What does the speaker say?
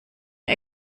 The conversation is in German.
mir